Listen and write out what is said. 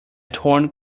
torn